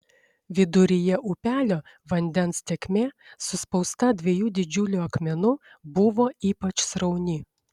viduryje upelio vandens tėkmė suspausta dviejų didžiulių akmenų buvo ypač srauni